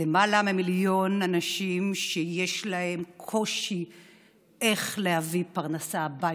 יותר ממיליון אנשים שיש להם קושי להביא פרנסה הביתה,